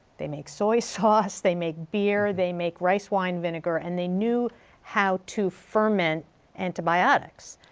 they make soy sauce, they make beer, they make rice wine vinegar. and they knew how to ferment antibiotics.